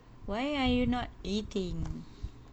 why are you not eating